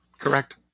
correct